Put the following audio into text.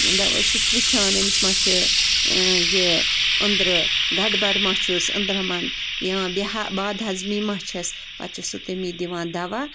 سُہ چھُ وٕچھان أمِس مَہ چھُ یہِ أنٛدرٕ گَڑٕبَڑ ما چھُس أنٛدرَمَن یا بَد ہضمی مَہ چھَس پَتہٕ چھُ سُہ تٔمی دِوان دوا